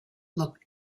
looked